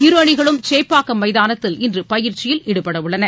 இரு அணிகளும் சேப்பாக்கம் மைதானத்தில் இன்று பயிற்சியில் ஈடுபட உள்ளன